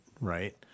right